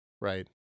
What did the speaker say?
Right